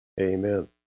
Amen